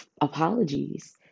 apologies